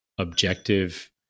objective